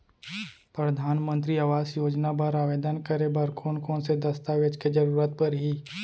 परधानमंतरी आवास योजना बर आवेदन करे बर कोन कोन से दस्तावेज के जरूरत परही?